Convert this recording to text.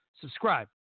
subscribe